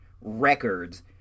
records